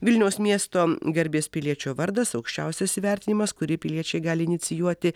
vilniaus miesto garbės piliečio vardas aukščiausias įvertinimas kurį piliečiai gali inicijuoti